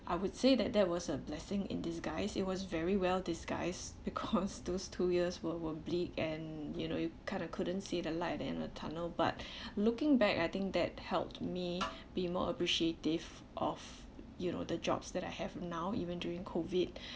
I would say that that was a blessing in disguise it was very well disguised because those two years were bleak and you know you kind of couldn't see the light at the end of the tunnel but looking back I think that helped me be more appreciative of you know the jobs that I have now even during COVID